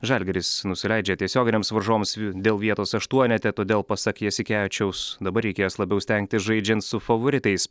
žalgiris nusileidžia tiesioginiams varžovams dėl vietos aštuonete todėl pasak jasikevičiaus dabar reikės labiau stengtis žaidžiant su favoritais